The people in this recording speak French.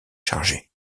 chargé